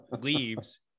leaves